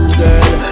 girl